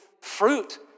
fruit